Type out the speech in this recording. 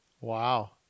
Wow